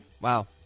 Wow